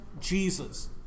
Jesus